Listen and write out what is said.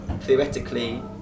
theoretically